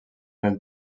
del